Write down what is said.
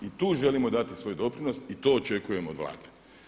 I tu želimo dati svoj doprinos i to očekujem od Vlade.